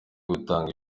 gutanga